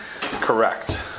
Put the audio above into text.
Correct